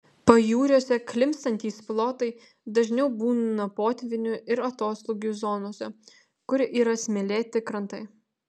pajūriuose klimpstantys plotai dažniau būna potvynių ir atoslūgių zonose kur yra smėlėti krantai